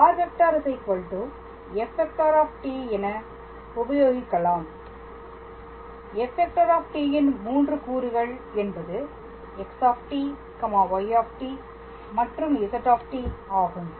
r⃗ f⃗ என உபயோகிக்கலாம் f⃗ ன் 3 கூறுகள் என்பது xy z ஆகும்